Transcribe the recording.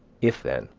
if, then,